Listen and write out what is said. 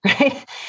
Right